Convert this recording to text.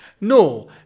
No